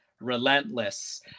relentless